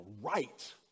right